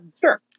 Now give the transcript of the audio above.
Sure